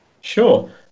Sure